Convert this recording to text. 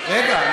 הכול בסדר,